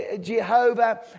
Jehovah